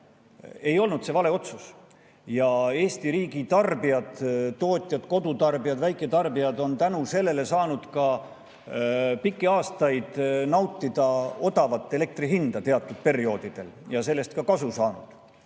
ei olnud see vale otsus. Eesti riigi tarbijad, tootjad, kodutarbijad, väiketarbijad on tänu sellele saanud pikki aastaid nautida odavat elektri hinda teatud perioodidel ja sellest ka kasu saanud. Aga